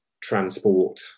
transport